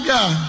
God